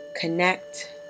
connect